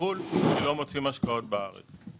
בחו"ל כי לא מוצאים השקעות בארץ.